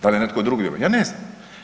Da li je netko drugi, ja ne znam.